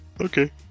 okay